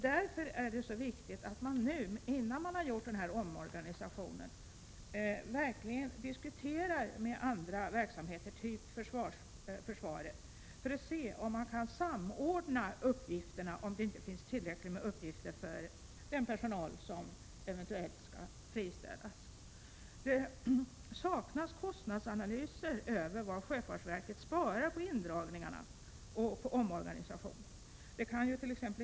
Därför är det så viktigt att nu, innan man har genomfört denna omorganisation, verkligen diskutera med andra verksamheter, typ försvaret, för att se om man kan samordna uppgifterna, när det inte finns tillräckligt med uppgifter för den personal som eventuellt skall friställas. Det saknas kostnadsanalyser över vad sjöfartsverket sparar på indragning arna och omorganisationen. Det kant.ex.